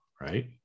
right